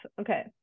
okay